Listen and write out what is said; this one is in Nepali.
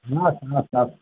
हवस् हवस् हवस्